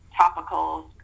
topicals